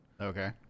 Okay